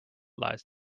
lies